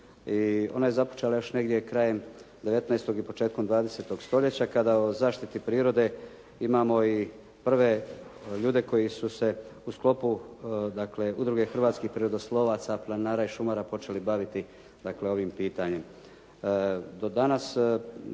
ona je započela još negdje krajem 19. i početkom 20. stoljeća kada o zaštiti prirode imamo i prve ljude koji su se u sklopu Udruge hrvatskih prirodoslovaca, planinara i šumara počeli baviti ovim pitanjem.